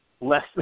less